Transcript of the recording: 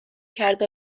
کرد